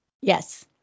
Yes